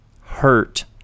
hurt